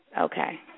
Okay